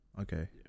Okay